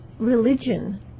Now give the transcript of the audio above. Religion